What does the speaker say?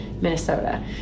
Minnesota